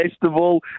festival